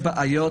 בעיות.